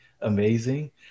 amazing